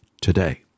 today